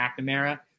McNamara